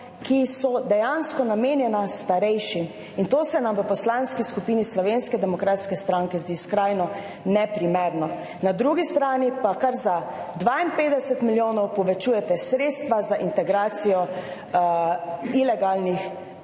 ki so dejansko namenjena starejšim. In to se nam v Poslanski skupini Slovenske demokratske stranke zdi skrajno neprimerno. Na drugi strani pa kar za 52 milijonov povečujete sredstva za integracijo ilegalnih